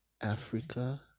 africa